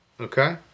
Okay